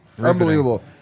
Unbelievable